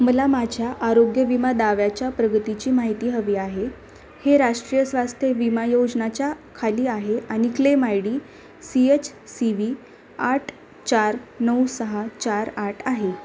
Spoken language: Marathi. मला माझ्या आरोग्य विमा दाव्याच्या प्रगतीची माहिती हवी आहे हे राष्ट्रीय स्वास्थ्य विमा योजनाच्या खाली आहे आणि claim I D C H C V आठ चार नऊ सहा चार आठ आहे